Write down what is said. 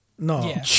No